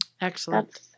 Excellent